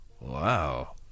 wow